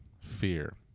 fear